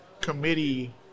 committee